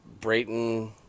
Brayton